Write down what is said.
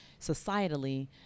societally